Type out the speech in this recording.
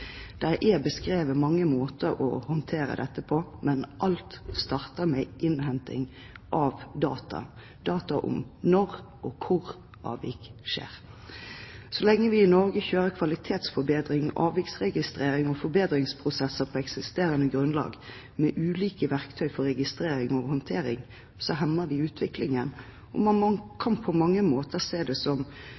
er beskrevet mange måter å håndtere dette på, men alt starter med innhenting av data, data om når og hvor avvik skjer. Så lenge vi i Norge kjører kvalitetsforbedring, avviksregistrering og forbedringsprosesser på eksisterende grunnlag med ulike verktøy for registrering og håndtering, hemmer vi utviklingen, og man kan på mange måter se det som